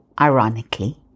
ironically